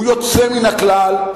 הוא יוצא מן הכלל,